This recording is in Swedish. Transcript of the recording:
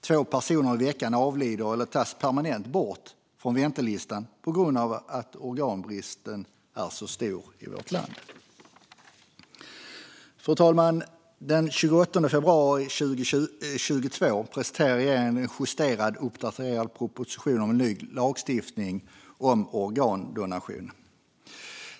Två personer i veckan avlider eller tas permanent bort från väntelistan på grund av att organbristen är så stor i vårt land. Fru talman! Den 28 februari 2022 presenterade regeringen en justerad och uppdaterad proposition om ny lagstiftning om organdonation.